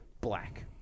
black